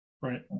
right